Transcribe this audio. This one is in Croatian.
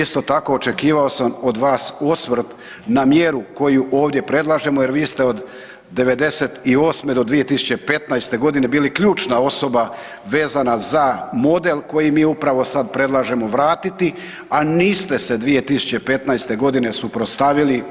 Isto tako očekivao sam od vas osvrt na mjeru koju ovdje predlažemo jer vi ste od '98. do 2015. godine bili ključna osoba vezana za model koji mi upravo sad predlažemo vratiti, a niste se 2015. godine suprotstavili